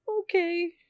okay